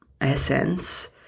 essence